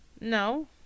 No